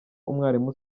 umwarimu